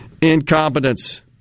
Incompetence